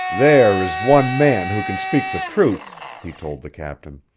there is one man who can speak the truth, he told the captain.